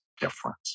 difference